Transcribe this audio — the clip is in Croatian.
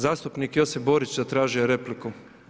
Zastupnik Josip Borić, zatražio je repliku.